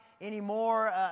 anymore